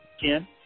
Ken